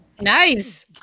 Nice